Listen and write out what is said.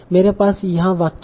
मेरा पास यहाँ वाक्य है